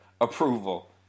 approval